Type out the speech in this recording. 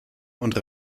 und